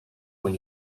when